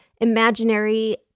imaginary